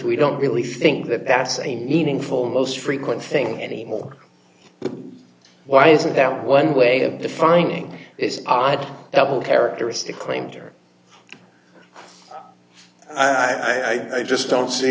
we don't really think that that's a meaningful most frequent thing anymore but why isn't that one way of defining it's odd that will characteristic claim to it i just don't see